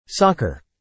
Soccer